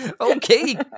Okay